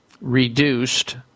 reduced